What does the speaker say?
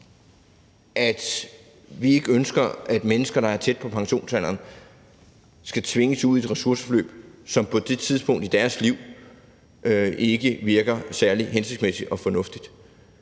at vi ikke ønsker, at mennesker, der er tæt på pensionsalderen, skal tvinges ud i et ressourceforløb, som på det tidspunkt i deres liv ikke virker særlig hensigtsmæssigt og fornuftigt,